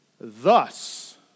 Thus